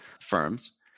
firms